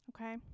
Okay